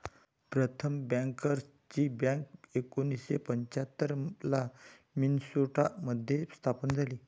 प्रथम बँकर्सची बँक एकोणीसशे पंच्याहत्तर ला मिन्सोटा मध्ये स्थापन झाली